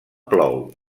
plou